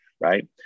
right